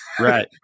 Right